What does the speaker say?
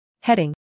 Heading